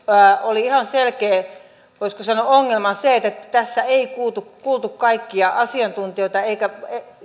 oli ihan selkeä voisiko sanoa ongelma se että tässä ei kuultu kaikkia asiantuntijoita eikä